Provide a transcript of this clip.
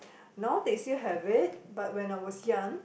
now they still have it but when I was young